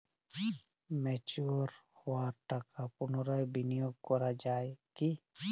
Mature হওয়া টাকা পুনরায় বিনিয়োগ করা য়ায় কি?